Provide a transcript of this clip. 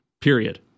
period